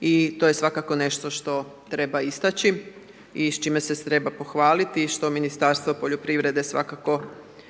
i to je svakako nešto što treba istaći i s čime se treba pohvaliti, i što Ministarstvu poljoprivrede svakako služi